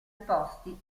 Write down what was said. posti